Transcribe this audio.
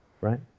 right